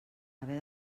haver